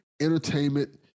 entertainment